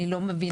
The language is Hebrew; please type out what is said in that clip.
אני לא מבינה,